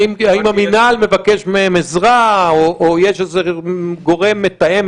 האם המינהל מבקש מהם עזרה או שיש איזשהו גורם מתאם,